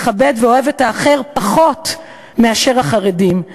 מכבד ואוהב את האחר פחות מאשר החרדים.